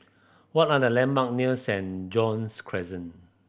what are the landmark near Saint John's Crescent